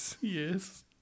Yes